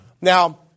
Now